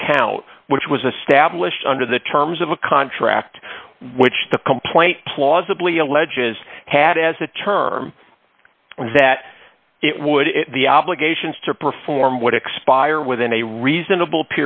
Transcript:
account which was a stablished under the terms of a contract which the complaint plausibly alleges had as a term that it would in the obligations to perform would expire within a reasonable